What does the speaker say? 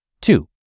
Two